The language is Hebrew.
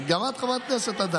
גם חברת כנסת,